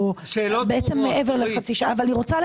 או מעבר לחצי שנה.